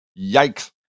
Yikes